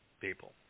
people